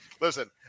Listen